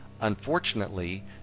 Unfortunately